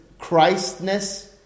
Christness